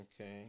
Okay